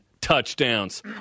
touchdowns